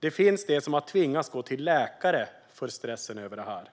"Det finns de som har tvingats gå till läkare för stressen över det här.